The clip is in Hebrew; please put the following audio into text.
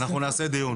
אנחנו נעשה דיון.